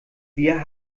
wir